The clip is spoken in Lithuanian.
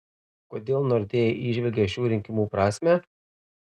kodėl nordea įžvelgia šių rinkimų prasmę